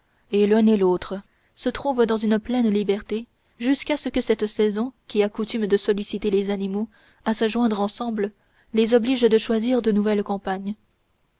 et l'un et l'autre se trouvent dans une pleine liberté jusqu'à ce que cette saison qui a coutume de solliciter les animaux à se joindre ensemble les oblige de choisir de nouvelles compagnes